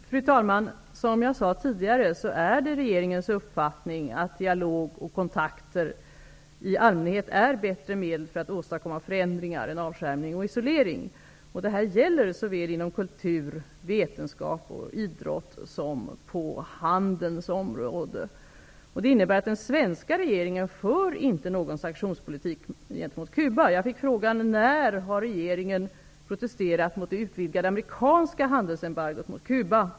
Fru talman! Som jag sade tidigare är det regeringens uppfattning att dialog och kontakter i allmänhet är bättre medel för att åstadkomma förändringar än avskärmning och isolering. Detta gäller såväl inom kultur, vetenskap och idrott som på handelns område. Det innebär att den svenska regeringen inte för någon sanktionspolitik gentemot Cuba. Jag fick frågan när regeringen protesterat mot det utvidgade amerikanska handelsembargot mot Cuba.